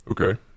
Okay